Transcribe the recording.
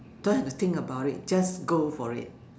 don't have to think about it just go for it